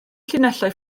llinellau